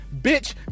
bitch